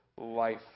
life